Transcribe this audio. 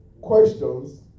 questions